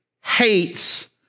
hates